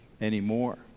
anymore